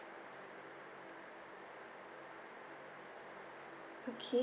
okay